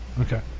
Okay